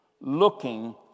Looking